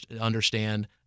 understand